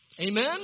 Amen